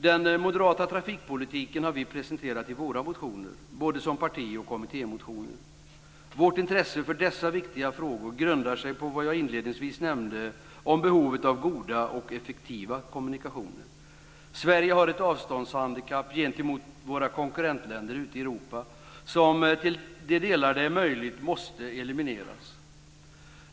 Den moderata trafikpolitiken har vi presenterat i våra motioner, både som parti och kommittémotioner. Vårt intresse för dessa viktiga frågor grundar sig på vad jag inledningsvis nämnde om behovet av goda och effektiva kommunikationer. Sverige har ett avståndshandikapp gentemot våra konkurrentländer ute i Europa som till de delar där det är möjligt måste elimineras.